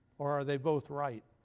or are they both right?